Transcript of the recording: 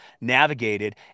navigated